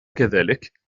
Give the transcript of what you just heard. كذلك